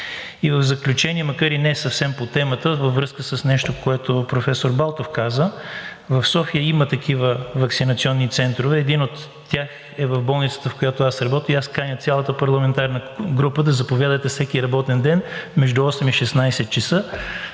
И в заключение, макар и не съвсем по темата, във връзка с нещо, което професор Балтов каза. В София има такива ваксинационни центрове, един от тях е в болницата, в която аз работя, и аз каня цялата парламентарна група да заповядате всеки работен ден между 8,00 и 16,00